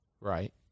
Right